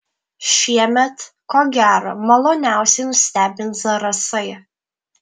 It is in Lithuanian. šiemet ko gero maloniausiai nustebins zarasai